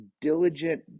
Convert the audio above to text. diligent